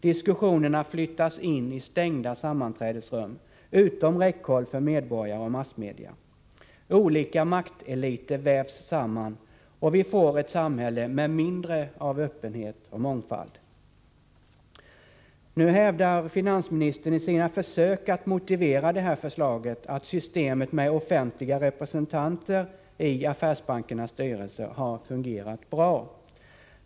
Diskussionerna flyttas in i stängda sammanträdesrum, utom räckhåll för medborgare och massmedia. Olika makteliter vävs samman och vi får ett samhälle med mindre av öppenhet och mångfald. Nu hävdar finansministern i sina försök att motivera det här förslaget att systemet med offentliga representanter i affärsbankernas styrelser har fungerat bra.